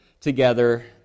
together